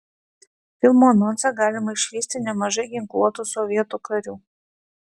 filmo anonse galima išvysti nemažai ginkluotų sovietų karių